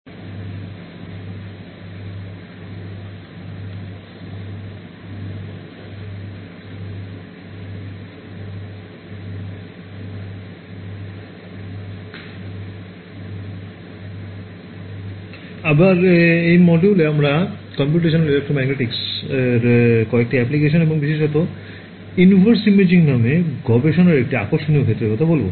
এবার এই মডিউলে আমরা কম্পিউটেশনাল ইলেক্ট্রোম্যাগনেটিক্সের কয়েকটি অ্যাপ্লিকেশন এবং বিশেষত ইনভার্স ইমেজিং নামে গবেষণার একটি আকর্ষণীয় ক্ষেত্রের কথা বলব